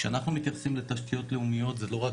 כשאנחנו מתייחסים לתשתיות לאומיות זה לא רק